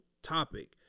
Topic